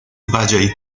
valley